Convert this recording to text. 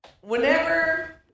whenever